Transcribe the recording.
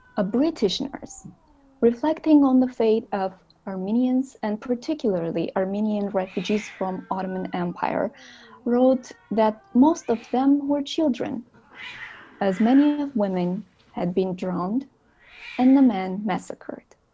a british nurse reflecting on the fate of armenians and particularly armenian refugees from ottoman empire wrote that most of them were children as many women had been drowned and the men, massacred.